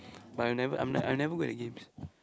but I'll never I'm I'm never good at games